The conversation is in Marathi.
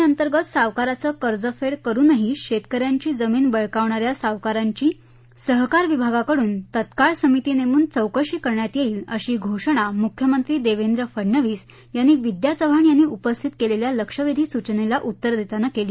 सावकारमुक्त योजनेतंगंत सावकाराचं कर्जफेड करूनही शेतकऱ्यांची जमीन बळकाविणाऱ्या सावकारांची सहकार विभागाकडून तत्काळ समिती नेमून चौकशी करण्यात येईल अशी घोषणा मुख्यमंत्री देवेंद्र फडणवीस यांनी विद्या चव्हाण यांनी उपस्थित केलेल्या लक्षवेधी सूचनेला उत्तर देताना केली